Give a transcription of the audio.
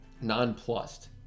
nonplussed